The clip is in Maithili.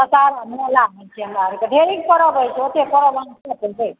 तारा मेला होइत छै हमरा आओरके ढेरी पर्व होइत छै ओतेक पर्व हम की कहबै